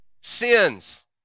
Sins